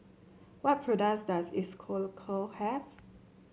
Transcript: what products does Isocal have